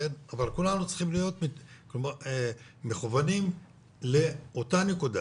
אבל כולנו צריכים להיות מכוונים לאותה נקודה,